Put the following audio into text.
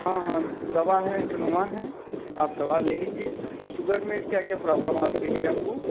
हाँ हाँ दवा है इटोनवा है आप दवा ले लीजिए सुगर में क्या क्या प्रॉब्लम आ गई है आपको